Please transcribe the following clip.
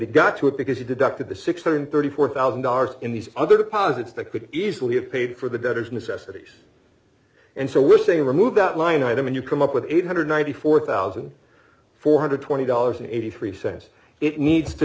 he got to it because he did doctor the six hundred thirty four thousand dollars in these other deposits that could easily have paid for the better necessities and so we're saying remove that line item and you come up with eight hundred ninety four thousand four hundred twenty dollars and eighty three cents it needs to